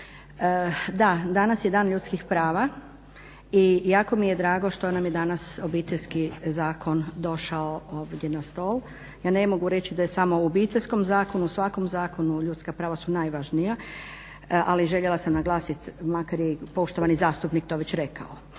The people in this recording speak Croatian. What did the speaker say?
Da, danas je dan ljudskih prava i jako mi je drago što nam je danas Obiteljski zakon došao ovdje na stol. Ja ne mogu reći da je samo u Obiteljskom zakonu, u svakom zakonu, ljudska prava su najvažnija, ali željela sam naglasiti, makar je i poštovani zastupnik to već rekao.